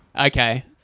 Okay